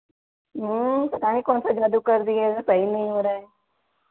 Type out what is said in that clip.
पता नहीं कौनसा जादू कर दिए हैं सही नहीं हो रहा है